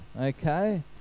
Okay